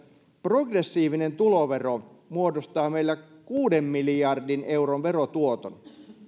progressiivinen tulovero muodostaa meillä kuuden miljardin euron verotuoton